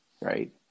right